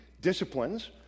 disciplines